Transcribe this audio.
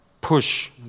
push